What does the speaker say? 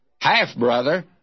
half-brother